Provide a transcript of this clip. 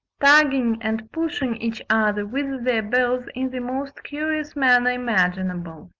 tugging and pushing each other with their bills in the most curious manner imaginable.